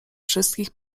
wszystkich